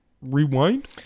rewind